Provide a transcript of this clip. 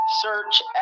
search